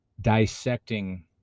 dissecting